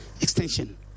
extension